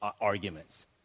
arguments